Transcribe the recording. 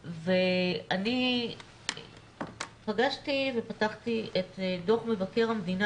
אני פגשתי ופתחתי את דו"ח מבקר המדינה